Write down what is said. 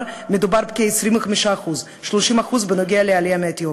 מדובר בכ-25%; 30% בקרב העלייה מאתיופיה.